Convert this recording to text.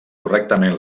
correctament